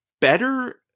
better